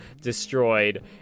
destroyed